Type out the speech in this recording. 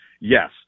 Yes